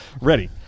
Ready